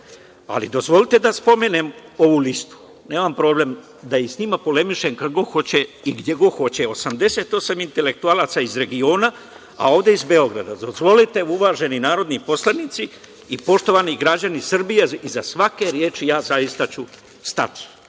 Dozvolite da spomenem ovu listu, nemam problem da i sa njima polemišem kad god hoće i ko god hoće. Osamdeset osam intelektualaca iz regiona, a ovde iz Beograda. Dozvolite uvaženi narodni poslanici i poštovani građani Srbije, iza svake reči ću zaista stati